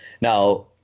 now